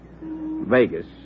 Vegas